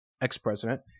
ex-president